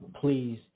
please